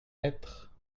être